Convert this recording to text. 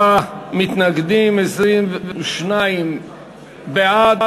44 מתנגדים, 22 בעד.